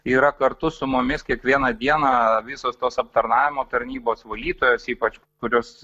yra kartu su mumis kiekvieną dieną visos tos aptarnavimo tarnybos valytojos ypač kurios